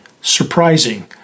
surprising